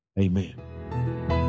amen